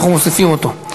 אנחנו מוסיפים אותו.